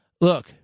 look